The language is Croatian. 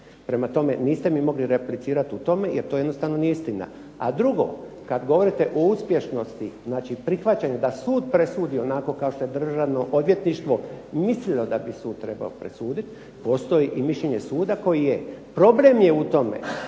Prema tome, niste mi mogli replicirati u tome jer to jednostavno nije istina. A drugo, kada govorite o uspješnosti, znači prihvaćanje da sud presudi onako kao što je Državno odvjetništvo mislilo da bi sud trebao presuditi, postoji mišljenje suda koji je, problem je u tome